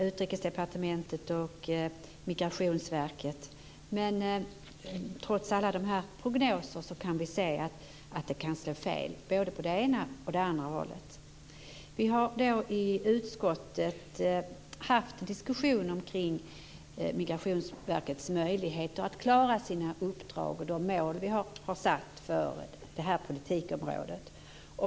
Utrikesdepartementet och Migrationsverket försöker göra en bedömning, men trots alla prognoser kan vi se att det kan slå fel både åt det ena och det andra hållet. Vi har i utskottet haft en diskussion om Migrationsverkets möjligheter att klara sina uppdrag och de mål som vi satt upp för det här politikområdet.